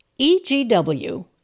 EGW